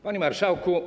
Panie Marszałku!